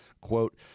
quote